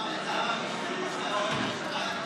למה מי שלא נסע באוטו בשבת משלם שימוש,